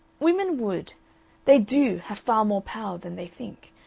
women would they do have far more power than they think,